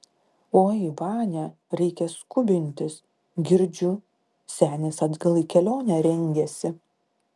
oi vania reikia skubintis girdžiu senis atgal į kelionę rengiasi